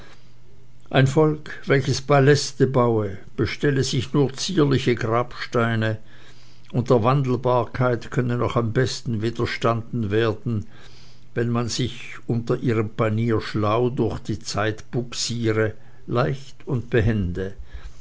ein volk welches paläste baue bestelle sich nur zierliche grabsteine und der wandelbarkeit könne noch am besten widerstanden werden wenn man sich unter ihrem panier schlau durch die zeit bugsiere leicht und behende